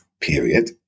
period